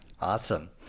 Awesome